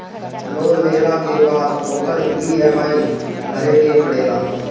loan लेहला के बाद ओकर इ.एम.आई भरे के पड़ेला